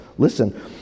Listen